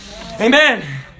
Amen